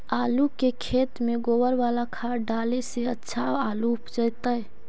आलु के खेत में गोबर बाला खाद डाले से अच्छा आलु उपजतै?